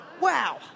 Wow